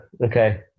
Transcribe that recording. Okay